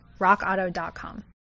rockauto.com